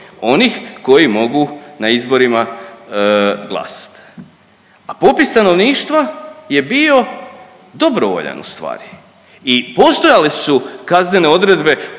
onih koji mogu na izborima glasati. A popis stanovništva je bio dobrovoljan u stvari i postojale su kaznene odredbe